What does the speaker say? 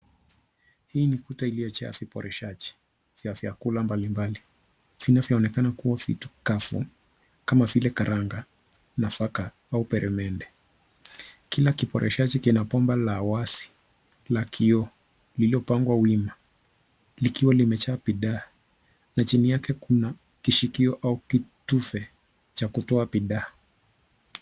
Hii ni kuta iliyojaa viporeshaji vya vyakula mbalimbali vinavyoonekana kuwa vitu kavu kama vile karanga, nafaka au peremende. Kila kiporeshaji kina bomba la wazi la kioo lilipangwa wima likiwa limejaa bidhaa na chini yake kuna kishikio au kitufe cha kutoa bidhaa.